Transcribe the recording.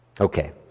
okay